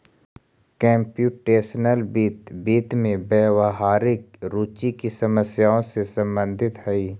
computational वित्त, वित्त में व्यावहारिक रुचि की समस्याओं से संबंधित हई